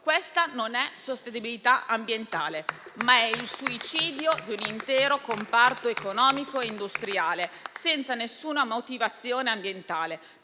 Questa non è sostenibilità ambientale, ma è il suicidio di un intero comparto economico e industriale senza alcuna motivazione ambientale.